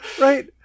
right